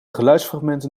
geluidsfragmenten